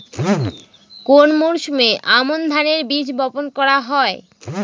কোন মরশুমে আমন ধানের বীজ বপন করা হয়?